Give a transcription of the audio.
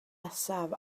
nesaf